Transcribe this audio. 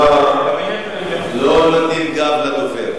לא נותנים גב לדובר.